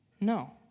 No